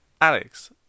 Alex